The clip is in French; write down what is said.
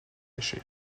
cachée